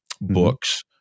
books